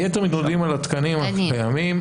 היתר מתמודדים על התקנים הקיימים,